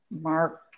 Mark